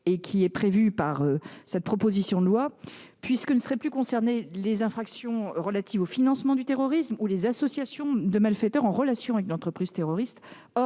au dispositif prévu dans cette proposition de loi, puisque ne seraient plus concernées les infractions relatives au financement du terrorisme ou les associations de malfaiteurs en relation avec une entreprise terroriste.